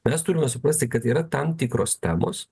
mes turime suprasti kad yra tam tikros temos